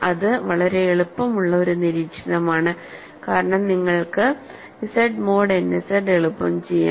ഇത് വളരെ എളുപ്പമുള്ള ഒരു നിരീക്ഷണമാണ് കാരണം നിങ്ങൾക്ക് Z മോഡ് n Z എളുപ്പം ചെയ്യാം